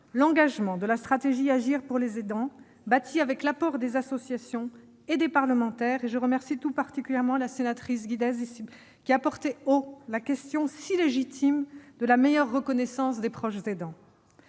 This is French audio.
L'engagement de la stratégie Agir pour les aidants, bâtie avec l'apport des associations et des parlementaires- je remercie tout particulièrement Mme la sénatrice Guidez qui a porté haut la question si légitime d'une meilleure reconnaissance des proches aidants